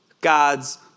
God's